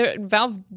Valve